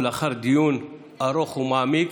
לאחר דיון ארוך ומעמיק,